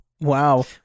Wow